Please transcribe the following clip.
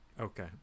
okay